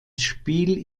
spiel